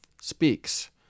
speaks